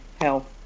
Health